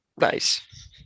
Nice